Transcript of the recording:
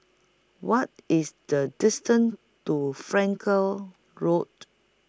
What IS The distance to Frankel Road